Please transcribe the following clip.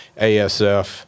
ASF